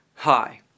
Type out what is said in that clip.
Hi